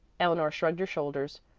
eleanor shrugged her shoulders.